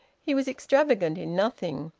he was extravagant in nothing,